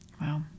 Wow